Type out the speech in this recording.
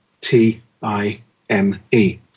T-I-M-E